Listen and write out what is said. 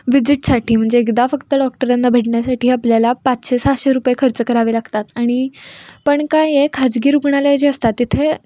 विजिटसाठी म्हणजे एकदा फक्त डॉक्टरांना भेटण्यासाठी आपल्याला पाचशे सहाशे रुपये खर्च करावे लागतात आणि पण काय आहे खाजगी रुगणालयं जे असतात तिथे